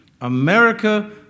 America